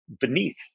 beneath